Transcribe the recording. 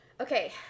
Okay